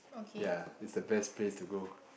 ya it's the best place to go